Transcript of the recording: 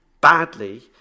badly